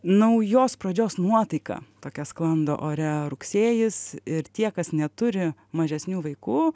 naujos pradžios nuotaika tokia sklando ore rugsėjis ir tie kas neturi mažesnių vaikų